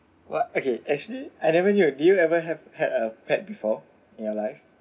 what okay actually I never knew do you ever have had a pet before in your life